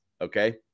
okay